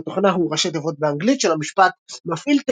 שם התוכנה הוא ראשי תיבות באנגלית של המשפט "מפעיל